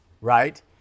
right